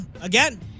again